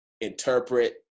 interpret